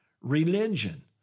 religion